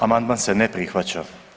Amandman se ne prihvaća.